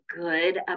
good